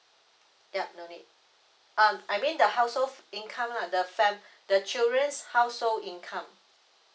ya no need um I mean the household income lah the fam~ the children's household income